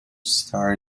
star